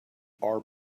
are